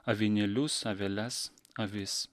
avinėlius aveles avis